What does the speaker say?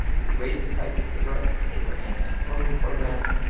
it would raise the price of cigarettes to pay for anti-smoking programs.